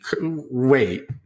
Wait